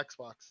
Xbox